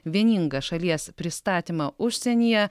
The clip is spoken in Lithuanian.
vieningą šalies pristatymą užsienyje